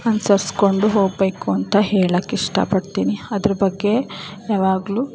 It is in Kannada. ಅನುಸರಿಸ್ಕೊಂಡು ಹೋಗಬೇಕು ಅಂತ ಹೇಳೋಕ್ ಇಷ್ಟಪಡ್ತೀನಿ ಅದ್ರ ಬಗ್ಗೆ ಯಾವಾಗಲೂ